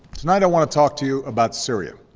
tonight, i want to talk to you about syria.